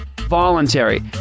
voluntary